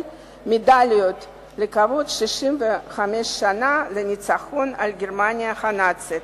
מדליות לכבוד 65 שנה לניצחון על גרמניה הנאצית